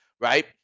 right